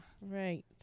Right